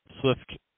swift